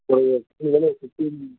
ஒரு எப்படி இருந்தாலும் ஃபிஃப்ட்டின்